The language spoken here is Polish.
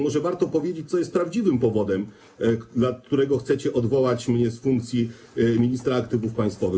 Może warto powiedzieć, co jest prawdziwym powodem, dla którego chcecie odwołać mnie z funkcji ministra aktywów państwowych.